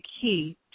key